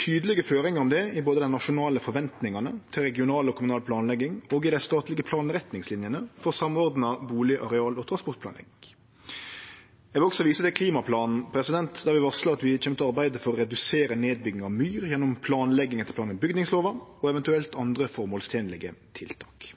tydelege føringar om det både i dei nasjonale forventningane til regional og lokal planlegging og i dei statlege planretningslinjene for samordna bustad-, areal- og transportplanlegging. Eg vil også vise til klimaplanen, der vi varslar at vi kjem til å arbeide for å redusere nedbygging av myr gjennom planlegging etter plan- og bygningslova og eventuelt andre føremålstenlege tiltak.